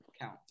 count